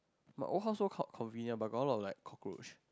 my old house so con~ convenient but got a lot of like cockroach